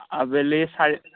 আবেলি চাৰি